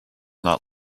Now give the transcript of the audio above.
not